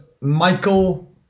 Michael